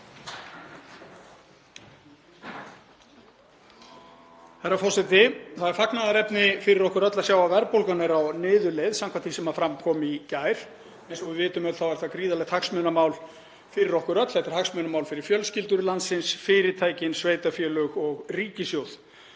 Það er fagnaðarefni fyrir okkur öll að sjá að verðbólgan er á niðurleið samkvæmt því sem fram kom í gær. Eins og við vitum öll er það gríðarlegt hagsmunamál fyrir okkur öll. Þetta er hagsmunamál fyrir fjölskyldur landsins, fyrirtæki, sveitarfélög og ríkissjóð.